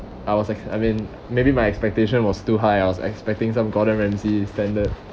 I was like I mean maybe my expectation was too high I was expecting some gordon ramsay standard